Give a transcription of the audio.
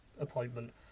appointment